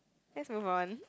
let's move on